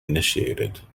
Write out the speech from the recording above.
initiated